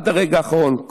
עד הרגע האחרון,